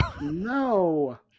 No